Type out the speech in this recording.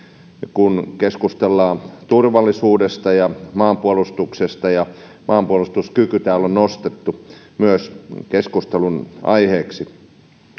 kun keskustellaan turvallisuudesta ja maanpuolustuksesta maanpuolustuskyky täällä on nostettu myös keskustelun aiheeksi